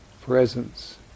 presence